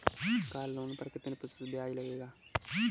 Car loan पर कितने प्रतिशत ब्याज लगेगा?